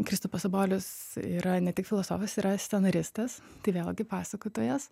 kristupas sabolius yra ne tik filosofas yra scenaristas tai vėlgi pasakotojas